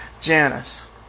Janice